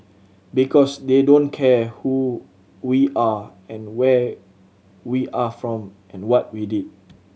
because they don't care who we are and where we are from and what we did